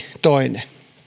toinen